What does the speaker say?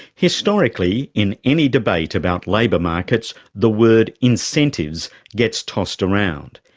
historically in any debate about labour markets, the word incentives gets tossed around.